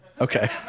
okay